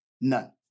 None